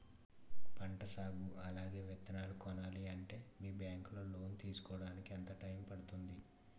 పంట సాగు అలాగే విత్తనాలు కొనాలి అంటే మీ బ్యాంక్ లో లోన్ తీసుకోడానికి ఎంత టైం పడుతుంది?